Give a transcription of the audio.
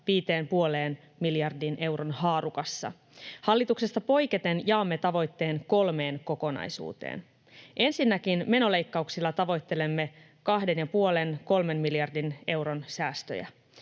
4,5—5,5 miljardin euron haarukassa. Hallituksesta poiketen jaamme tavoitteen kolmeen kokonaisuuteen: Ensinnäkin, menoleikkauksilla tavoittelemme 2,5—3 miljardin euron säästöjä.